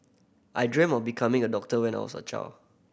I dreamt of becoming a doctor when I was a child